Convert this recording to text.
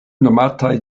nomataj